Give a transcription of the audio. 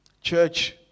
Church